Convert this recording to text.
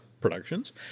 Productions